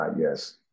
Yes